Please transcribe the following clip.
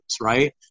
right